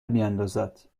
میاندازد